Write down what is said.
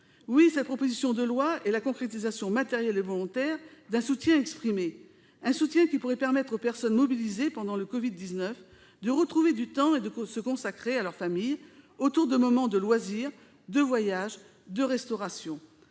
Oui, cette proposition de loi est la concrétisation matérielle et volontaire d'un soutien exprimé ; un soutien qui pourrait permettre aux personnes mobilisées pendant le Covid-19 de retrouver du temps et de se consacrer à leur famille, autour de moments de loisirs, de voyages, de restauration.